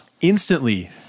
instantly